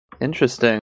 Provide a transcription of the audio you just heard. Interesting